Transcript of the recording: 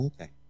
Okay